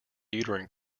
uterine